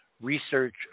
research